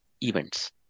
events